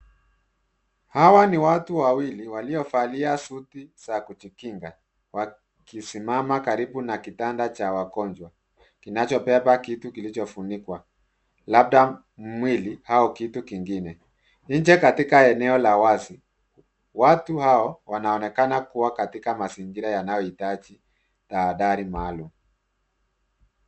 Hawa ni watu wawili waliovalia suti za kujikinga wakisimama karibu na kitanda cha wagonjwa kinachobeba kitu kilichofunikwa labda mwili au kitu kingine. Nje katika eneo la wazi, watu hao wanaonekana kuwa katika mazingira yanayohitaji tahadhari maalum.